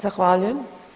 Zahvaljujem.